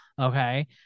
okay